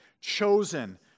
Chosen